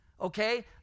Okay